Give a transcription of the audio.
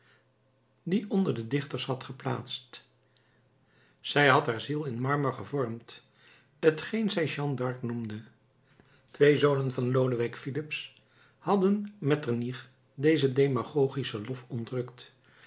dien onder de dichters had geplaatst zij had haar ziel in marmer gevormd t geen zij jeanne d'arc noemde twee zonen van lodewijk filips hadden metternich dezen demagogischen lof